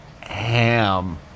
ham